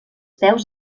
peus